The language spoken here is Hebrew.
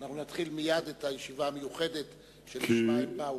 אנחנו נתחיל מייד את הישיבה המיוחדת שלשמה הם באו.